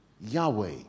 Yahweh